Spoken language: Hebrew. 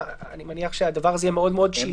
אני מניח שאצלה הדבר הזה יהיה מאוד מאוד שלדי.